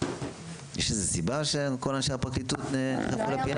--- יש איזו סיבה שכל אנשי הפרקליטות נדחפו לפינה?